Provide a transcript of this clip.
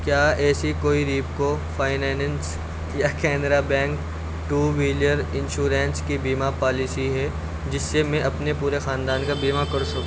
کیا ایسی کوئی ریپکو فائینینینس یا Canara bank two wheeler insurance کی بیما پالیسی ہے جس سے میں اپنے پورے خاندان کا بیما کر سو